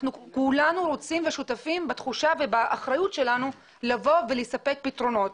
אנחנו כולנו שותפים לאחריות שלנו לספק פתרונות,